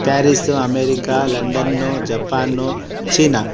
Paris America London Japan China